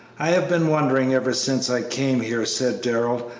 i have been wondering ever since i came here, said darrell,